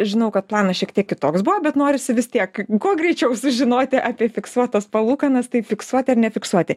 žinau kad planas šiek tiek kitoks buvo bet norisi vis tiek kuo greičiau sužinoti apie fiksuotas palūkanas tai fiksuoti ar nefiksuoti